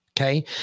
Okay